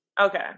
Okay